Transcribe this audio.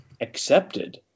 accepted